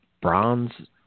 bronze